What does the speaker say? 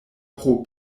pro